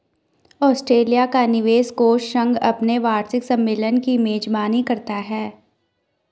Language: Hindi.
ऑस्ट्रेलिया का निवेश कोष संघ अपने वार्षिक सम्मेलन की मेजबानी करता है